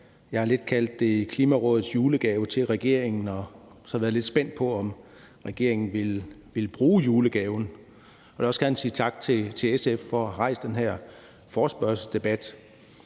Jeg har lidt kaldt det for Klimarådets julegave til regeringen, og så har jeg været lidt spændt på, om regeringen ville bruge julegaven. Jeg vil også gerne sige tak til SF for at have rejst den her forespørgselsdebat.